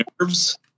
nerves